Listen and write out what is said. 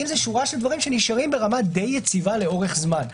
שורת דברים שנשארים ברמה די יציבה לאורך זמן.